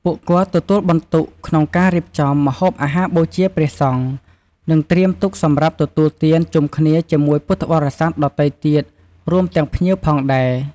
ក្រៅពីនេះវាក៏តម្រូវឲ្យមានការរៀបចំផែនការ និងកម្លាំងច្រើនក្នុងការសហការបម្រើភ្ញៀវ។